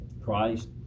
Christ